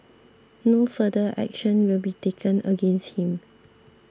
no further action will be taken against him